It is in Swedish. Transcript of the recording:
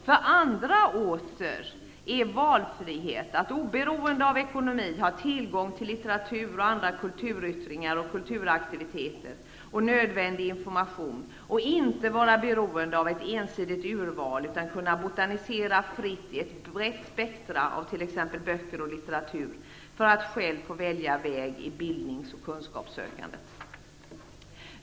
För andra åter är valfrihet att oberoende av ekonomi ha tillgång till litteratur, andra kulturyttringar och kulturaktiviteter och nödvändig information, och inte vara beroende av ett ensidigt urval utan kunna botanisera fritt i ett brett spektrum av t.ex. böcker och litteratur för att själv få välja väg i bildningsoch kunskapssökandet.